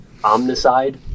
omnicide